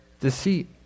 deceit